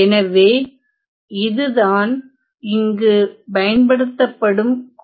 எனவே இதுதான் இங்கு பயன்படுத்தப்படும் குறியீடாகும்